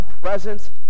presence